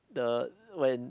the when